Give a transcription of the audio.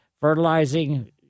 Fertilizing